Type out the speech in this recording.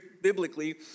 biblically